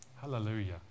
Hallelujah